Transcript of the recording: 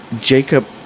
Jacob